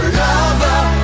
lover